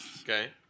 Okay